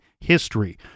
history